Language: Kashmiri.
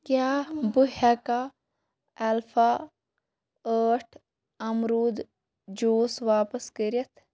کیٛاہ بہٕ ہٮ۪کھا الفا ٲٹھ امروٗد جوٗس واپس کٔرِتھ